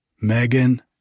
Megan